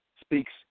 speaks